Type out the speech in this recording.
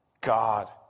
God